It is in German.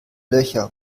löcher